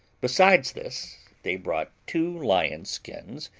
besides this, they brought two lions' skins,